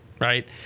right